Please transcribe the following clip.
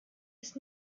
ist